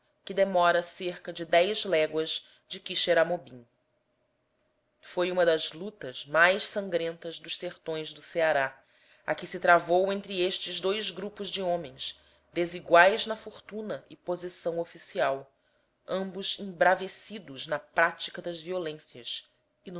que demora cerca de dez léguas de quixeramobim foi uma das lutas mais sangrentas dos sertões do ceará a que se travou entre estes dois grupos de homens desiguais na fortuna e posição oficial ambos embravecidos na prática das violências